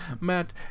Matt